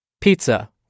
pizza